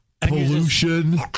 pollution